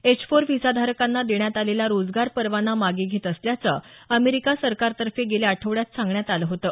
H four विसाधारकांना देण्यात आलेला रोजगार परवाना मागे घेत असल्याचं अमेरिका सरकारतर्फे गेल्या आठवड्यात सांगण्यात आलं होतं